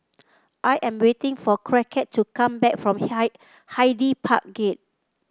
I am waiting for Crockett to come back from Hyde Park Gate